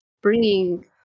bringing